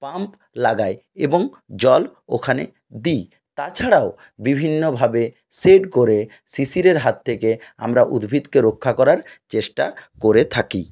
pump লাগাই এবং জল ওখানে দিই তাছাড়াও বিভিন্নভাবে শেড করে শিশিরের হাত থেকে আমরা উদ্ভিদকে রক্ষা করার চেষ্টা করে থাকি